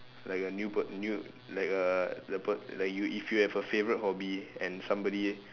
like a new p~ new like a the p~ like you if you have a favourite hobby and somebody